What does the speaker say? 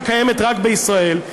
שקיימת רק בישראל,